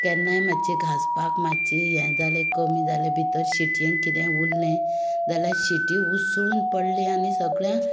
केन्नाय मात्शें घांसपाक हें जालें कमी जालें भितर सिटयेंत कितें उरलें जाल्यार सिटी उसळून पडली आनी सगळ्यांक